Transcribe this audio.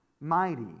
mighty